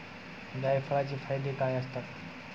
जायफळाचे फायदे काय असतात?